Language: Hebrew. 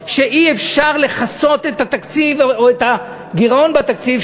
שאי-אפשר לכסות את התקציב או את הגירעון בתקציב,